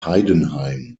heidenheim